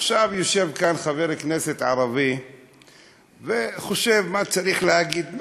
עכשיו יושב כאן חבר כנסת ערבי וחושב מה צריך להגיד.